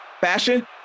fashion